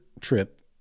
trip